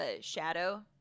Shadow